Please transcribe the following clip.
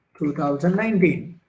2019